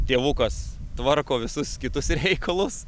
tėvukas tvarko visus kitus reikalus